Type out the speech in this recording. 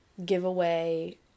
giveaway